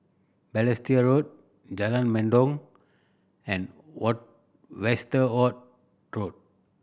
Balestier Road Jalan Mendong and what Westerhout Road